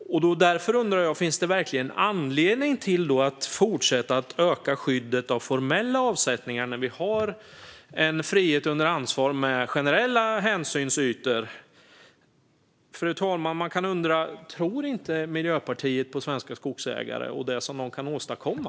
Därför undrar jag: Finns det verkligen anledning att fortsätta att öka skyddet av formella avsättningar när vi har en frihet under ansvar med generella hänsynsytor? Fru talman! Man kan undra: Tror inte Miljöpartiet på svenska skogsägare och det som de kan åstadkomma?